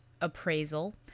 appraisal